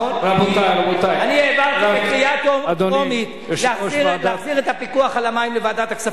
אני העברתי בקריאה טרומית הצעה להחזיר את הפיקוח על המים בוועדת הכספים.